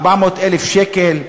400,000 שקל,